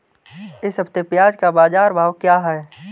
इस हफ्ते प्याज़ का बाज़ार भाव क्या है?